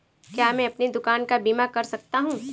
क्या मैं अपनी दुकान का बीमा कर सकता हूँ?